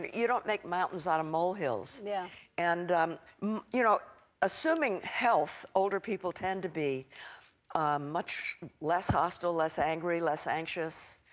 you don't make mountains out of molehills yeah and you know assuming health, older people tend to be much less hostile, less angry, less anxious,